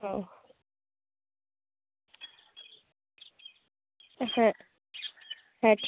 হুম হ্যাঁ হ্যাঁ